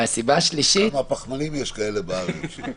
כמה פחמנים יש כאלה בארץ חוץ ממיקי?